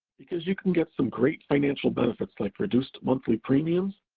because you can get some great financial benefits like reduced monthly premiums,